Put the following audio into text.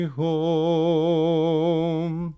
home